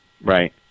Right